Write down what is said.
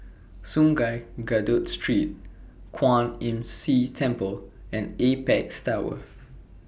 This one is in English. Sungei Kadut Street Kwan Imm See Temple and Apex Tower